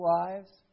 lives